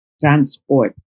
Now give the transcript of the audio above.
transport